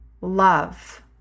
love